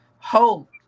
hope